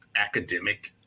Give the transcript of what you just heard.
academic